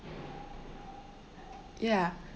ya